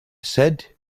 said